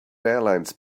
airlines